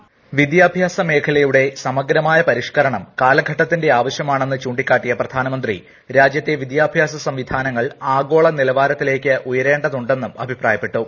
voice വിദ്യാഭ്യാസ മേഖലയുടെ സമഗ്രമായ പരിഷ്കരണം കാലഘട്ട ത്തിന്റെ ആവശ്യമാണെന്ന് ചൂണ്ടിക്കാട്ടിയ പ്രധാനമന്ത്രി രാജ്യത്തെ വിദ്യാഭ്യാസ സംവിധാനങ്ങൾ ആഗോള നിലവാര ത്തിലേക്ക് ഉയരേണ്ടതുണ്ട് എന്നും അഭിപ്രായപ്പെട്ടു